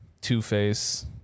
Two-Face